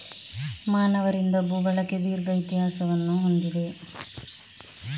ಮಾನವರಿಂದ ಭೂ ಬಳಕೆ ದೀರ್ಘ ಇತಿಹಾಸವನ್ನು ಹೊಂದಿದೆ